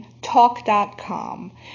Talk.com